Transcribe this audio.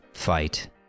fight